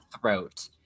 throat